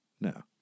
No